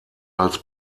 als